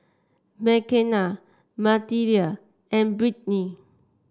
Makena Mathilda and Britni